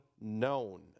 known